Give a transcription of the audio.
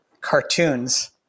cartoons